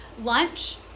lunch